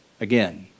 again